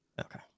okay